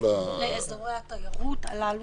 לאזורי התיירות הללו